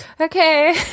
okay